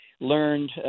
learned